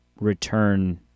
return